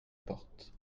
porte